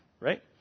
right